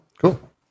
cool